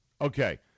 Okay